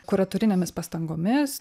kuratorinėmis pastangomis